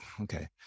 okay